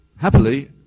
happily